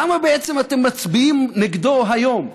למה בעצם אתם מצביעים נגדו היום?